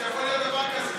יכול להיות דבר כזה?